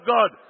God